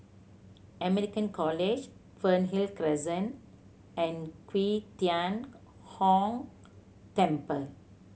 American College Fernhill Crescent and Qi Tian Gong Temple